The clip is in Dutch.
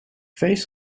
feest